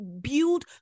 build